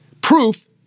proof